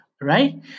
right